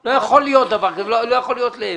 לא יכול להיות דבר כזה ולא יכול להיות להפך.